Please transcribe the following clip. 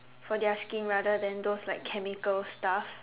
for their skin rather than those like chemical stuff